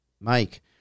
Mike